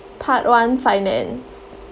part one finance